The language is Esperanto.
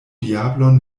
diablon